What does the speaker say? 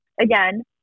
again